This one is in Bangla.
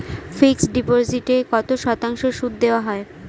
ফিক্সড ডিপোজিটে কত শতাংশ সুদ দেওয়া হয়?